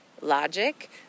logic